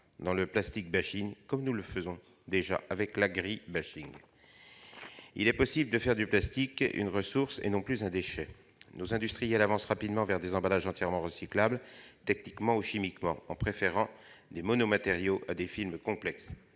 dans le plastique bashing, comme nous le faisons déjà avec l'agri-bashing Il est possible de faire du plastique une ressource et non plus un déchet. Nos industriels avancent rapidement vers des emballages entièrement recyclables, techniquement ou chimiquement, en préférant des mono-matériaux aux films complexes.